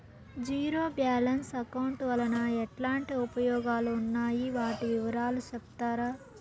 Zero balance account వలన ఎట్లాంటి ఉపయోగాలు ఉన్నాయి? వాటి వివరాలు సెప్తారా?